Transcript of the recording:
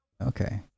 Okay